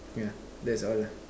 yeah that's all lah